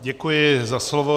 Děkuji za slovo.